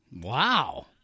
Wow